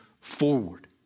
forward